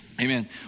Amen